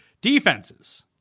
Defenses